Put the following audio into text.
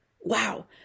Wow